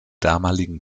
damaligen